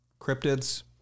cryptids